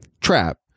trap